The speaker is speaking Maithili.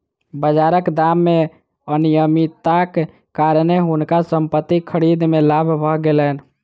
बाजारक दाम मे अनियमितताक कारणेँ हुनका संपत्ति खरीद मे लाभ भ गेलैन